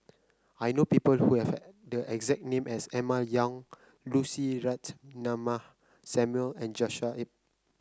I know people who have the exact name as Emma Yong Lucy Ratnammah Samuel and Joshua Ip